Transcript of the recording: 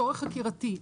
לצורך חקירתי.